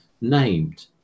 named